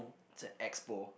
it's at Expo